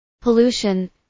pollution